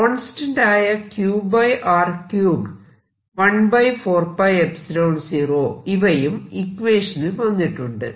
constant ആയ Q R 3 140 ഇവയും ഇക്വേഷനിൽ വന്നിട്ടുണ്ട്